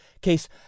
case